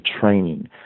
training